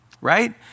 right